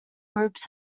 groups